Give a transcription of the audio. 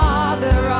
Father